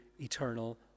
eternal